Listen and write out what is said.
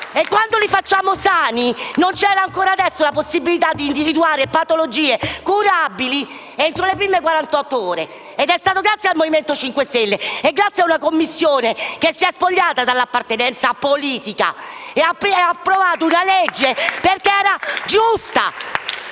e, quando li facciamo sani, ancora adesso non c'è la possibilità di individuare patologie curabili entro le prime quarantotto ore. È stato grazie al Movimento 5 Stelle e a una Commissione che si è spogliata dall'appartenenza politica che è stata approvata una legge perché era giusta.